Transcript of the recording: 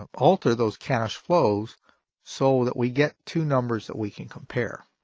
um alter those cash flows so that we get two numbers that we can compare.